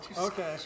Okay